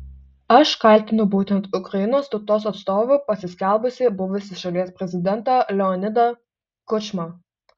aš kaltinu būtent ukrainos tautos atstovu pasiskelbusį buvusį šalies prezidentą leonidą kučmą